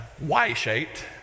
Y-shaped